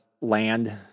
land